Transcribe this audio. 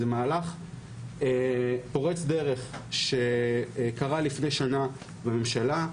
זה מהלך פורץ דרך שקרה לפי שנה בממשלה: